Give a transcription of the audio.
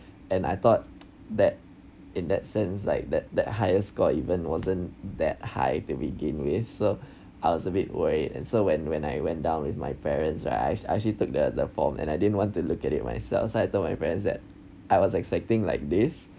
and I thought that in that sense like that that highest score even wasn't that high to begin with so I was a bit worried and so when when I went down with my parents I act~ I actually took the the form and I didn't want to look at it myself so I told my friends that I was expecting like this